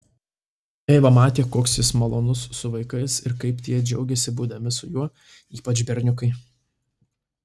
eiva matė koks jis malonus su vaikais ir kaip tie džiaugiasi būdami su juo ypač berniukai